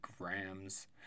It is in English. Grams